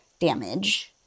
damage